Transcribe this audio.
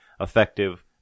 effective